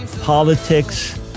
politics